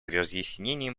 разъяснением